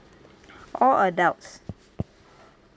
all adults